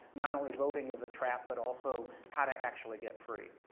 not only voting is a trap but also how to actually get free.